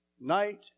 night